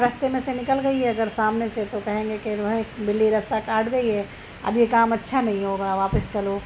رستے میں سے نکل گئی اگر سامنے سے تو کہیں گے کہ جو ہے بلّی رستہ کاٹ گئی ہے اب یہ کام اچّھا نہیں ہوگا واپس چلو